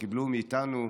שקיבלו מאיתנו,